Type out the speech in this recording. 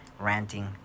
ranting